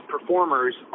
performers